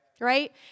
right